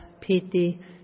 pity